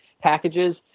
packages